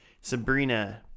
Sabrina